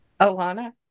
Alana